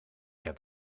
heb